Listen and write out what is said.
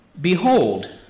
Behold